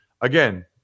Again